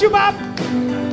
you know